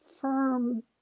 firm